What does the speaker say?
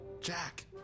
Jack